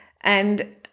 And-